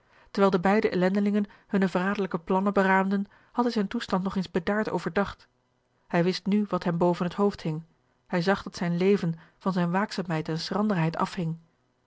terwijl de beide ellendelingen hunne verradelijke plannen beraamden had hij zijn toestand nog eens bedaard overdacht hij wist nu wat hem boven het hoofd hing hij zag dat zijn leven van zijne waakzaamheid en schranderheid afhing